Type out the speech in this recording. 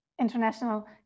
International